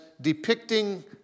depicting